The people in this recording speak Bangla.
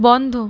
বন্ধ